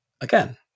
Again